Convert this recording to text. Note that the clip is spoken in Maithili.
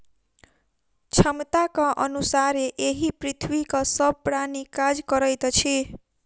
क्षमताक अनुसारे एहि पृथ्वीक सभ प्राणी काज करैत अछि